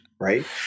Right